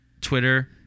Twitter